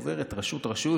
עוברת רשות-רשות,